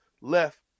left